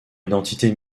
identité